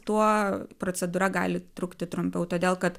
tuo procedūra gali trukti trumpiau todėl kad